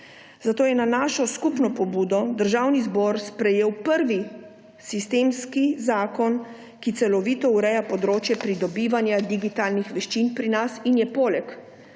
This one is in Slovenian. Zato je na našo skupno pobudo Državni zbor sprejel prvi sistemski zakon, ki celovito ureja področje pridobivanja digitalnih veščin pri nas in je poleg